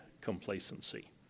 complacency